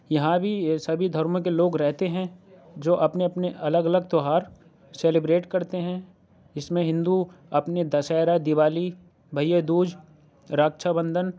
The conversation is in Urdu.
یہاں بھی سبھی دھرموں کے لوگ رہتے ہیں جو اپنے اپنے الگ الگ تہوار سیلیبریٹ کرتے ہیں اِس میں ہندو اپنے دشیرہ دیوالی بھیا دوج رکشا بندھن